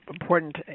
important